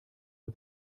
der